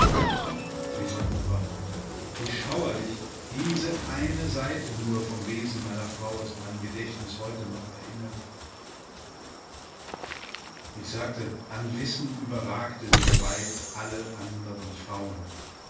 wie sonderbar wie schauerlich diese eine seite nur vom wesen meiner frau ist meinem gedächtnis heute noch erinnerlich ich sagte an wissen überragte sie weit alle anderen frauen